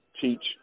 teach